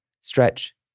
stretch